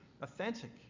authentic